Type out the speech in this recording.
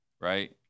right